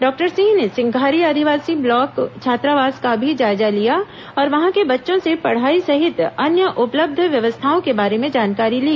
doctor Singh ने सिंघारी आदिवासी बालक छात्रावास का भी जायजा लिया और वहां के बच्चों से पढ़ाई सहित अन्य उपलब्ध व्यवस्थाओं के बारे में जानकारी ली